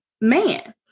man